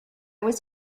was